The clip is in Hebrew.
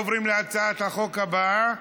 עוברים להצעת החוק הבאה,